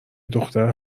دختر